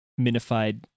minified